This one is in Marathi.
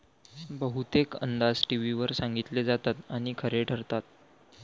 बहुतेक अंदाज टीव्हीवर सांगितले जातात आणि खरे ठरतात